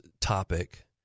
topic